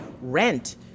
rent